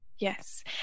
Yes